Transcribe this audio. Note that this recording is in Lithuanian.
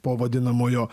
po vadinamojo